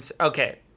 okay